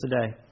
today